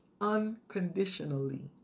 unconditionally